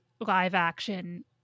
live-action